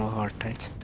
are the